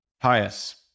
pious